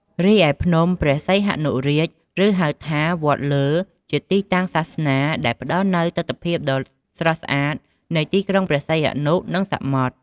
រីឯភ្នំព្រះសីហនុរាជ ឬហៅថា វត្តលើ ជាទីតាំងសាសនាដែលផ្តល់នូវទិដ្ឋភាពដ៏ស្រស់ស្អាតនៃទីក្រុងព្រះសីហនុ និងសមុទ្រ។